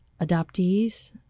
adoptees